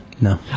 No